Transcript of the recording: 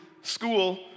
school